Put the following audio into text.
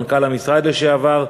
מנכ"ל המשרד לשעבר,